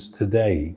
today